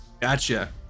Gotcha